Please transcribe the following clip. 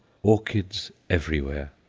orchids everywhere!